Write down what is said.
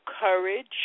courage